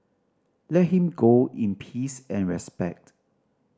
let him go in peace and respect